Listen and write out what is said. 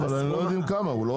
לא יודעים כמה, הוא לא אומר כמה.